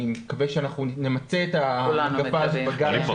אני מקווה שנמצה את המגפה הזאת בגל השני